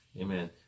Amen